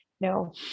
No